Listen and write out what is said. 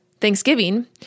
Thanksgiving